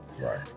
right